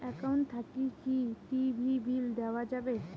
Account থাকি কি TV bill দেওয়া যাবে?